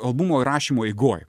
albumo rašymo eigoj